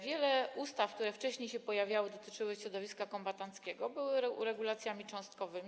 Wiele ustaw, które wcześniej się pojawiały a dotyczyły środowiska kombatanckiego, były to regulacje cząstkowe.